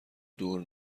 دور